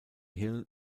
hill